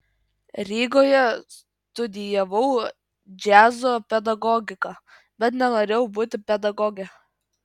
rygoje studijavau džiazo pedagogiką bet nenorėjau būti pedagoge